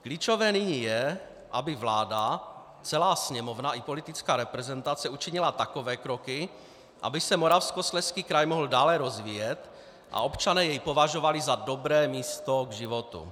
Klíčové nyní je, aby vláda, celá Sněmovna i politická reprezentace učinily takové kroky, aby se Moravskoslezský kraj mohl dále rozvíjet a občané jej považovali za dobré místo k životu.